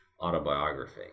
autobiography